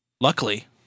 Luckily